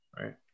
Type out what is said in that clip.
Right